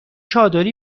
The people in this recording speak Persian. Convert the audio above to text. چادری